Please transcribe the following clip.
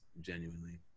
Genuinely